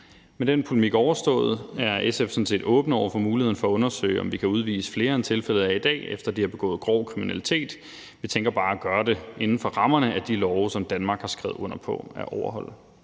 Med den polemik overstået er SF sådan set åbne over for muligheden for at undersøge, om vi kan udvise flere, end tilfældet er i dag, efter de har begået grov kriminalitet. Vi tænker bare at gøre det inden for rammerne af de love, som Danmark har skrevet under på at overholde.